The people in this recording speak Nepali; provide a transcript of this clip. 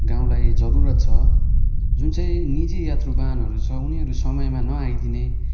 गाउँलाई जरूरत छ जुन चाहिँ निजी यात्रु वाहनहरू छ उनीहरू समयमा नआइदिने